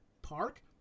park